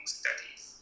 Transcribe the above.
studies